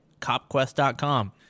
copquest.com